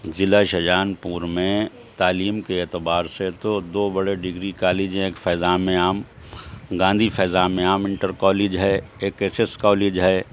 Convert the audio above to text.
ضلع شاہجہان پور میں تعلیم کے اعتبار سے تو دو بڑے ڈگری کالج ہیں ایک فیضان عام گاندھی فیضان عام انٹر کالج ہے ایک ایس ایس کالج ہے